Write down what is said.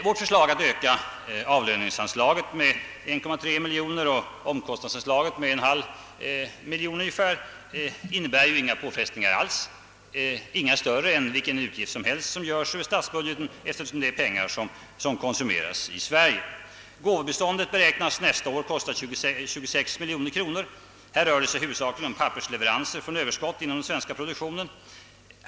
Värt förslag att öka avlöningsanslaget med 1,3 miljon och omkostnadsanslaget med ungefär !/2 miljon innebär ju inga större påfrestningar än vilka utgifter som helst ur statsbudgeten, eftersom det är pengar som konsumeras i Sverige. Gåvobiståndet beräknas nästa år kosta 26 miljoner kronor. Här rör det sig huvudsakligen om pappersleveranser från överskott inom den svenska produktionen.